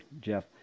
jeff